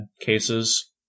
cases